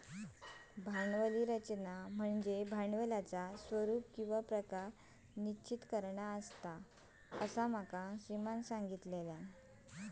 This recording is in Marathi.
भांडवली रचना म्हनज्ये भांडवलाचा स्वरूप किंवा प्रकार निश्चित करना होय, असा माका सीमानं सांगल्यान